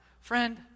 Friend